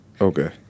Okay